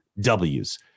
W's